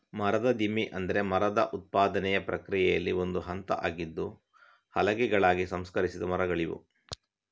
ಮರದ ದಿಮ್ಮಿ ಅಂದ್ರೆ ಮರದ ಉತ್ಪಾದನೆಯ ಪ್ರಕ್ರಿಯೆಯಲ್ಲಿ ಒಂದು ಹಂತ ಆಗಿದ್ದು ಹಲಗೆಗಳಾಗಿ ಸಂಸ್ಕರಿಸಿದ ಮರಗಳಿವು